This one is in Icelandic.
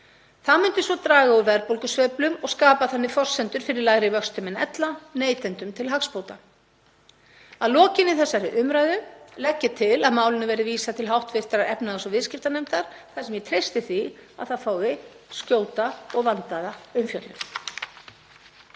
Það myndi draga úr verðbólgusveiflum og skapa þannig forsendur fyrir lægri vöxtum en ella, neytendum til hagsbóta. Að lokinni þessari umræðu legg ég til að málinu verði vísað til hv. efnahags- og viðskiptanefndar. Ég treysti því að það fái skjóta og vandaða umfjöllun